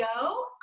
go